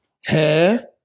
hair